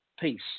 peace